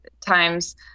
times